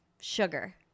sugar